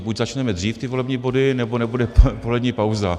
Buď začneme dřív ty volební body, nebo nebude polední pauza.